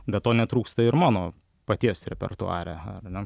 be to netrūksta ir mano paties repertuare ar ne